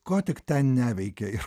ko tik ten neveikia ir